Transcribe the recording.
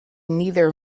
neither